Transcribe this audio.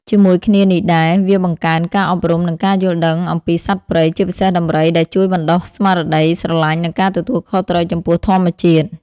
ជាមួយគ្នានេះដែរ វាបង្កើន ការអប់រំ និង ការយល់ដឹងអំពីសត្វព្រៃ ជាពិសេសដំរី ដែលជួយបណ្ដុះស្មារតីស្រឡាញ់ និងការទទួលខុសត្រូវចំពោះធម្មជាតិ។